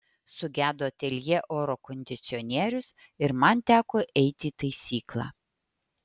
sugedo ateljė oro kondicionierius ir man teko eiti į taisyklą